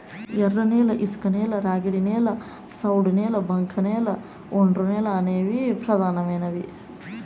ఎర్రనేల, ఇసుకనేల, ర్యాగిడి నేల, సౌడు నేల, బంకకనేల, ఒండ్రునేల అనేవి పెదానమైనవి